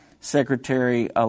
Secretary